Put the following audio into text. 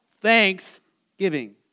Thanksgiving